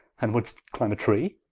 and would'st climbe a tree?